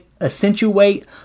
accentuate